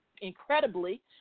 incredibly